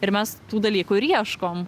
ir mes tų dalykų ir ieškom